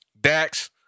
Dax